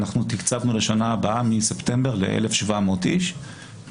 אנחנו תקצבנו לשנה הבאה מספטמבר ל-1,700 איש,